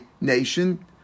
nation